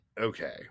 Okay